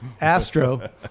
Astro